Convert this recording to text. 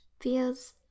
feels